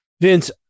Vince